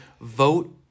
vote